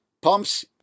pumps